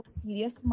serious